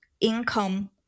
income